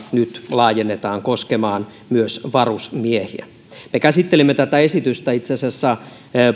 laajennetaan koskemaan myös varusmiehiä itse asiassa me käsittelimme tätä esitystä